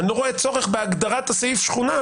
אבל אני לא רואה צורך בהגדרת הסעיף שכונה,